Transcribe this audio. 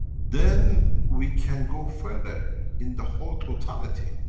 then we can go further in the whole totality